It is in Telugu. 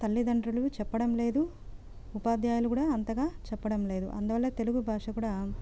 తల్లితండ్రులు చెప్పడం లేదు ఉపాధ్యాయులు కూడా అంతగా చెప్పడం లేదు అందువల్ల తెలుగు భాష కూడా